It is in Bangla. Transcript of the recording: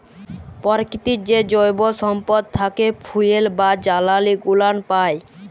পরকিতির যে জৈব সম্পদ থ্যাকে ফুয়েল বা জালালী গুলান পাই